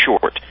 short